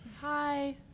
Hi